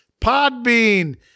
Podbean